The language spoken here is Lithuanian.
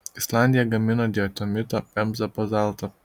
islandija gamina diatomitą pemzą bazaltą